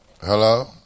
Hello